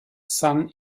san